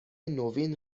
نوین